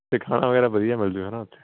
ਤੇ ਖਾਣਾ ਵਗੈਰਾ ਵਧੀਆ ਮਿਲਜੂ ਹੈਨਾ ਓਥੇ